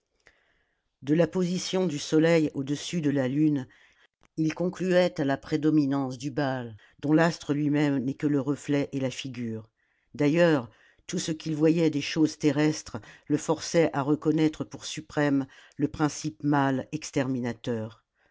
de la position du soleil au-dessus de la lune il concluait à la prédominance du baal dont l'astre lui-même n'est que le reflet et la figure d'ailleurs tout ce qu'il voyait des choses terrestres le forçait à reconnaître pour suprême le principe mâle exterminateur